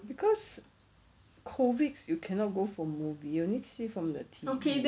cause COVID you cannot go for movie you only see from the T_V